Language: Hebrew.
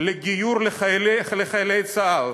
לגיור לחיילי צה"ל.